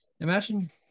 imagine